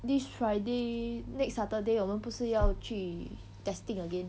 this friday next saturday 我们不是要去 testing again